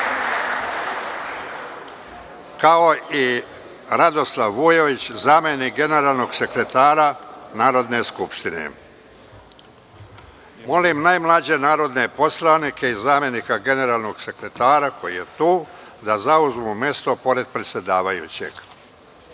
kao i Radoslav Vujović, zamenik generalnog sekretara Narodne skupštine. Molim najmlađe narodne poslanike i zamenika generalnog sekretara da zauzmu mesta pored predsedavajućeg. Obaveštavam